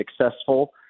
successful